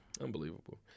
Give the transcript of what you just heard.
Unbelievable